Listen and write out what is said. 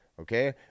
Okay